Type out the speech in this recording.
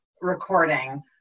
recording